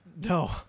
No